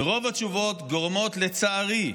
ורוב התשובות גורמות, לצערי,